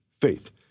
faith